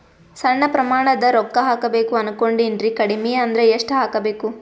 ಸಣ್ಣ ಪ್ರಮಾಣದ ರೊಕ್ಕ ಹಾಕಬೇಕು ಅನಕೊಂಡಿನ್ರಿ ಕಡಿಮಿ ಅಂದ್ರ ಎಷ್ಟ ಹಾಕಬೇಕು?